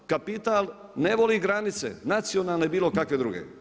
Kapital ne voli granice, nacionalne i bilo kakve druge.